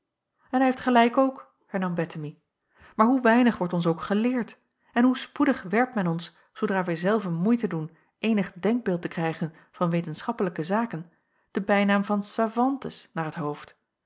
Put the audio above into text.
en hij heeft gelijk ook hernam bettemie maar hoe weinig wordt ons ook geleerd en hoe spoedig werpt men ons zoodra wij zelve moeite doen eenig denkbeeld te krijgen van wetenschappelijke zaken den bijnaam van savantes naar t hoofd